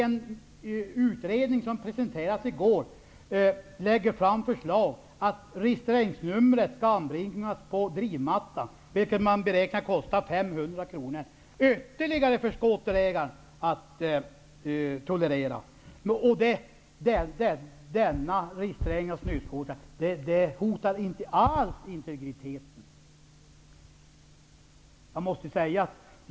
En utredning som presenterades i går lägger fram förslag om att registreringsnumret skall anbringas på drivmattan, vilket beräknas kosta 500 kr. Ytterligare en summa för skoterägaren att tolerera. Denna registrering av snöskotrarna hotar inte alls integriteten.